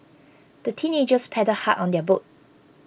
the teenagers paddled hard on their boat